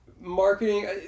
Marketing